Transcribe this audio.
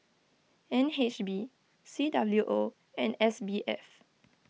N H B C W O and S B F